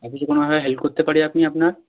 আর কিছু কোনোভাবে হেল্প করতে পারি আপনি আপনার